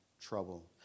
trouble